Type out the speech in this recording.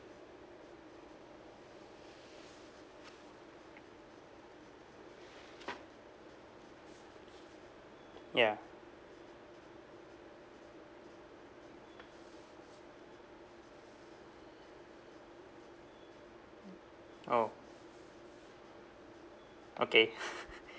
ya oh okay